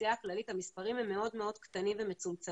הכוחות הכללי והאוכלוסייה הכללית המספרים הם מאוד מאוד קטנים ומצומצמים,